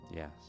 Yes